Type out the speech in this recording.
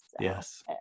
Yes